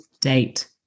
date